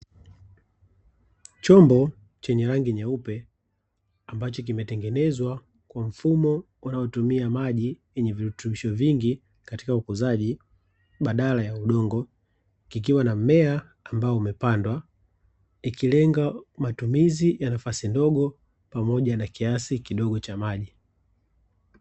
Chombo chenye rangi nyeupe, ambacho kimetengenezwa kwa mfumo unaotumia maji yenye virutubisho vingi katika ukuzaji badala ya udongo, kikiwa na mmea ambao umepandwa, ikilenga matumizi ya nafasi ndogo pamoja na kiasi kidogo cha maji.